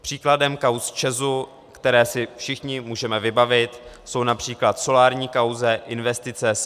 Příkladem kauz ČEZu, které si všichni můžeme vybavit, jsou například v solární kauze investice s Amun.Re